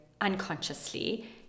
unconsciously